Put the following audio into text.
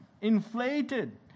inflated